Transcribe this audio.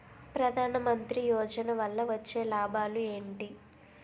ప్రధాన మంత్రి యోజన వల్ల వచ్చే లాభాలు ఎంటి?